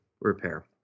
repair